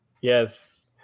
Yes